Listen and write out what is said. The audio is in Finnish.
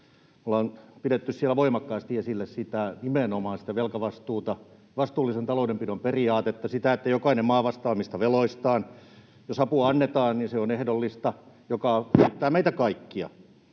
Me ollaan pidetty siellä voimakkaasti esillä nimenomaan velkavastuuta, vastuullisen taloudenpidon periaatetta, sitä, että jokainen maa vastaa omista veloistaan, ja jos apua annetaan, niin se on ehdollista, mikä koskettaa meitä kaikkia.